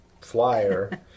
flyer